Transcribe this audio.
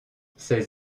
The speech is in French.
ces